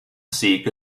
seek